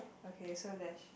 okay so there's